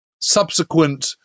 subsequent